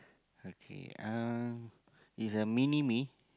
okay uh it's a mini-me